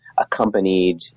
accompanied